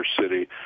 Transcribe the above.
city